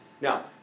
Now